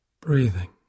breathing